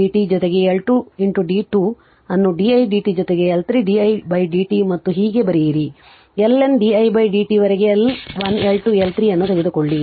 didt ಜೊತೆಗೆ L 2 d 2 ಅನ್ನು di dt ಜೊತೆಗೆ L 3 di dt ಮತ್ತು ಹೀಗೆ ಬರೆಯಿರಿ L N didt ವರೆಗೆ ಎಲ್ 1 ಎಲ್ 2 ಎಲ್ 3 ಅನ್ನು ತೆಗೆದುಕೊಳ್ಳಿ